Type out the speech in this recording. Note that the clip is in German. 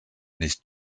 nicht